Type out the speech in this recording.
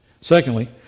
Secondly